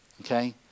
Okay